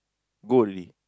goal already